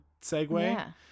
segue